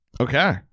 Okay